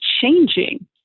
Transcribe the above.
changing